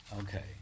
okay